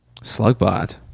Slugbot